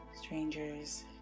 strangers